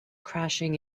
crashing